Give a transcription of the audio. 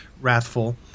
wrathful